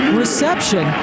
reception